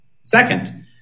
Second